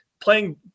playing